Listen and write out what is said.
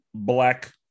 Black